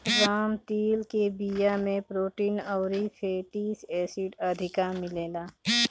राम तिल के बिया में प्रोटीन अउरी फैटी एसिड अधिका मिलेला